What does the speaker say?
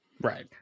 right